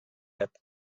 pep